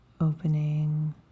opening